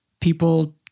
people